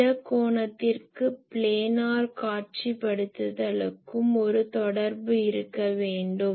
திட கோணத்திற்கும் பிளானர் காட்சிப்படுத்தலுக்கும் ஒரு தொடர்பு இருக்க வேண்டும்